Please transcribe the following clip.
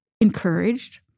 encouraged